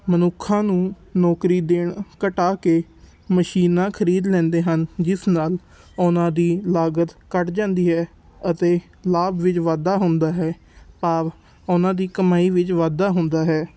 ਮਨੁੱਖਾਂ ਨੂੰ ਨੌਕਰੀ ਦੇਣ ਘਟਾ ਕੇ ਮਸ਼ੀਨਾਂ ਖਰੀਦ ਲੈਂਦੇ ਹਨ ਜਿਸ ਨਾਲ ਉਨਾਂ ਦੀ ਲਾਗਤ ਘੱਟ ਜਾਂਦੀ ਹੈ ਅਤੇ ਲਾਭ ਵਿੱਚ ਵਾਧਾ ਹੁੰਦਾ ਹੈ ਭਾਵ ਉਹਨਾਂ ਦੀ ਕਮਾਈ ਵਿੱਚ ਵਾਧਾ ਹੁੰਦਾ ਹੈ